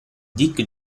dick